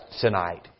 tonight